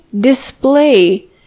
display